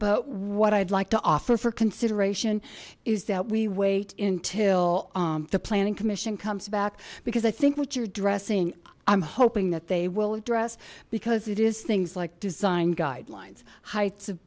but what i'd like to offer for consideration is that we wait until the planning commission comes back because i think what you're dressing i'm hoping that they will address because it is things like design guidelines heights of